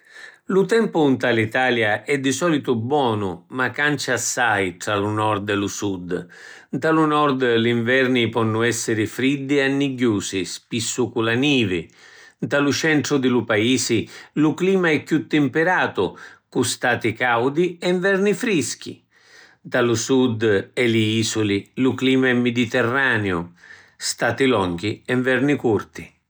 Lu tempu nta l’Italia è di solitu bonu, ma cancia assai tra lu Nord e lu Sud. Nta lu Nord li nverni ponnu essiri friddi e annigghiusi, spissu cu la nivi. Nta lu centru di lu Paisi lu clima è chiù timpiratu, cu stati caudi e nverni frischi. Nta lu Sud e li isuli lu clima è miditirraniu: stati longhi e nverni curti.